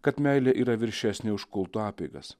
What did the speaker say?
kad meilė yra viršesnė už kulto apeigas